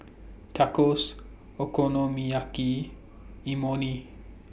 Tacos Okonomiyaki Imoni